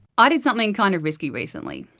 i did something kind of risky recently.